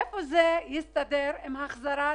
איפה זה מסתדר עם החזרת